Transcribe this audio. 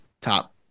top